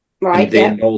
right